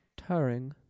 Turing